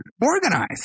organized